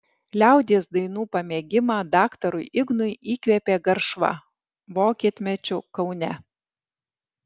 liaudies dainų pamėgimą daktarui ignui įkvėpė garšva vokietmečiu kaune